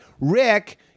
Rick